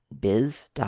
.biz